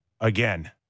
Again